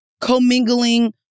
commingling